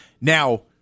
now